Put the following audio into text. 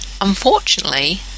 unfortunately